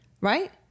right